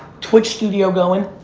twitch studio going,